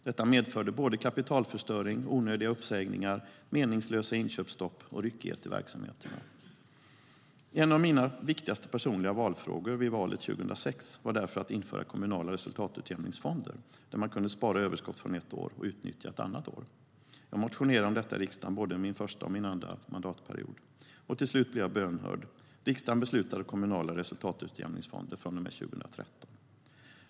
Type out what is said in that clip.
Det medförde både kapitalförstöring, onödiga uppsägningar, meningslösa inköpsstopp och ryckighet i verksamheterna. En av mina viktigaste personliga valfrågor vid valet 2006 var därför att införa kommunala resultatutjämningsfonder där man kunde spara överskott från ett år och utnyttja ett annat år. Jag väckte motioner om det i riksdagen både min första och min andra mandatperiod. Till slut blev jag bönhörd. Riksdagen beslutade om kommunala resultatutjämningsfonder från och med 2013.